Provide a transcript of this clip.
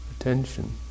attention